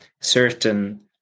certain